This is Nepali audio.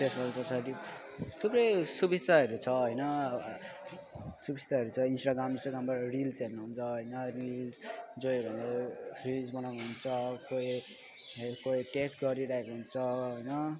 टेक्स्ट गर्न सक्छ थुप्रै सुबिस्ताहरू छ होइन असुबिस्ताहरू छ इन्स्टाग्राम इन्स्टाग्रामबाट रिल्स हेर्नु हुन्छ होइन रिल्स जय भनेर रिल्स बनाउनु हुन्छ कोही हेर कोही टेस्क्ट गरिरहेको हुन्छ होइन